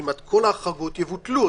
כמעט כל החרגות יבוטלו.